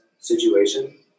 Situation